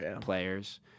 players